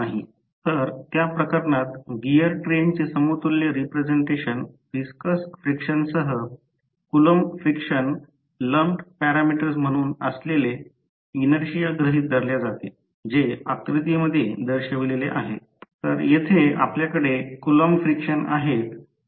कोणत्याही प्रकारे म्हणून हे विंडिंग ते कसे आहे हे या सर्व गोष्टी आहेत फक्त हेच मी सुचवितो की कोणत्या प्रयोगशाळेला भेट द्या मशीन स्टेटर आहे जेव्हा मशीन खुले आहे तेव्हा निश्चितपणे काही मशीन उघडले आहे त्याची रचना पहा